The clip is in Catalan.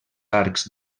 arcs